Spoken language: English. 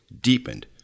deepened